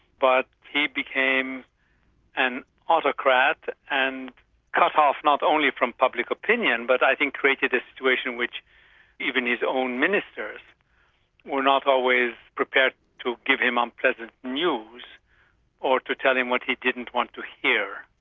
but he became an autocrat and cut off not only from public opinion, but i think created a situation which even his own ministers were not always prepared to give him unpleasant news or to tell him what he didn't want to hear.